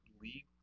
league